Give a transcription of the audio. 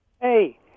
Hey